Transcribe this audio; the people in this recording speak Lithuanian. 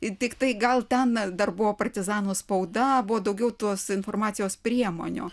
ir tiktai gal ten dar buvo partizanų spauda buvo daugiau tos informacijos priemonių